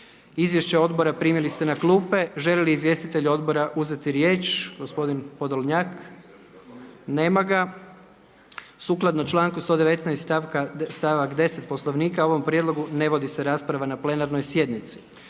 Izvješće odbora primili ste na klupe. Želi li izvjestitelj odbora uzeti riječ? Gospodin Podlonjak. Nema ga. Sukladno članku 119. stavak 10. Poslovnika o ovom prijedlogu ne vodi se rasprava na plenarnoj sjednici.